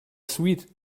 suite